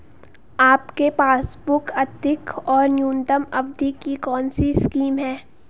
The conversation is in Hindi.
आपके पासबुक अधिक और न्यूनतम अवधि की कौनसी स्कीम है?